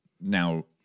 now